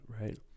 right